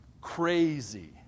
crazy